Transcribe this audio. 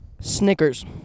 Snickers